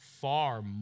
far